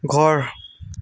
ঘৰ